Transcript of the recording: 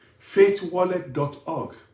faithwallet.org